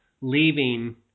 leaving